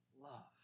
love